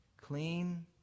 clean